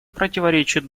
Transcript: противоречит